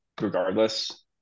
regardless